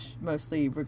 mostly